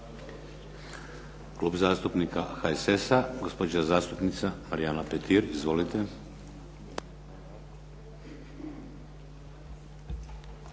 Klub zastupnika HSS-a, gospođa zastupnica Marijana Petir. Izvolite.